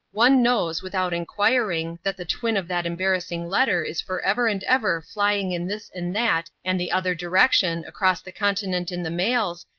one knows, without inquiring, that the twin of that embarrassing letter is forever and ever flying in this and that and the other direction across the continent in the mails,